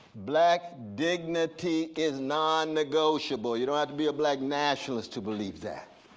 black dignity is nonnegotiable. you don't have to be a black nationalist to believe that.